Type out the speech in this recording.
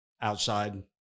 outside